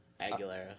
Aguilera